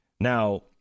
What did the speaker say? Now